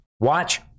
watch